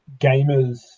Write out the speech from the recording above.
gamers